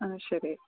ആ ശരി